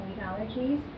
allergies